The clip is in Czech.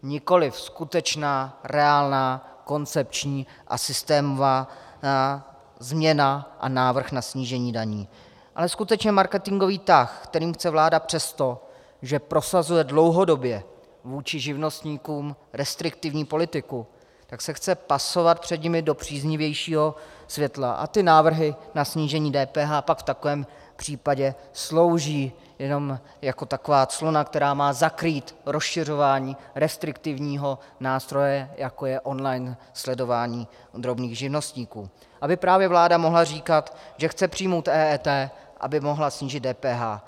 Nikoliv skutečná, reálná, koncepční a systémová změna a návrh na snížení daní, ale skutečně marketingový tah, který chce vláda přesto, že prosazuje dlouhodobě vůči živnostníkům restriktivní politiku, tak se chce pasovat před nimi do příznivějšího světla a ty návrhy na snížení DPH pak v takovém případě slouží jenom jako taková clona, která má zakrýt rozšiřování restriktivního nástroje, jako je online sledování drobných živnostníků, aby právě vláda mohla říkat, že chce přijmout EET, aby mohla snížit DPH.